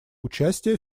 участие